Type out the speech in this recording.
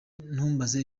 ntumbaze